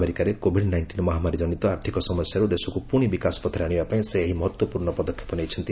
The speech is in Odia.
ଆମେରିକାରେ କୋଭିଡ୍ ନାଇଷ୍ଟିନ୍ ମହାମାରୀ କନିତ ଆର୍ଥିକ ସମସ୍ୟାରୁ ଦେଶକୁ ପୁଣି ବିକାଶ ପଥରେ ଆଶିବାପାଇଁ ସେ ଏହି ମହତ୍ତ୍ୱପୂର୍ଣ୍ଣ ପଦକ୍ଷେପ ନେଇଛନ୍ତି